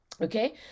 Okay